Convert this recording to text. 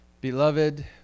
Beloved